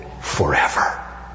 forever